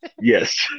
Yes